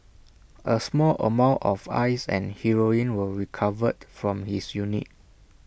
A small amount of ice and heroin were recovered from his unit